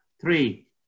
three